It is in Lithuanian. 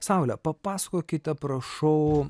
saule papasakokite prašau